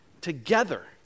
together